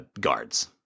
guards